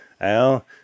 Al